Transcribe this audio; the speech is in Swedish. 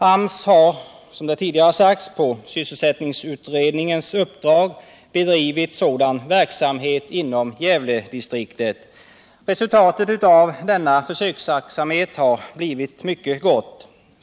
AMS har på sysselsättningsutredningens uppdrag bedrivit sådan verksamhet inom Gävledistriktet. Resultatet av denna försöksverksamhet har blivit mycket gott.